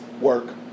work